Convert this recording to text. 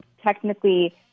technically